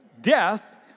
Death